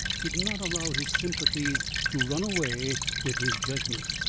did not allow his sympathies to run away with his judgment.